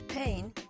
Pain